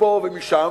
מפה ומשם,